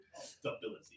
stability